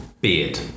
beard